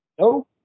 No